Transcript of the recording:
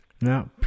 no